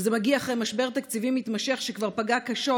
וזה מגיע אחרי משבר תקציבי מתמשך שכבר פגע קשות,